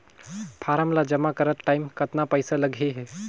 Form ला जमा करत टाइम कतना पइसा लगही?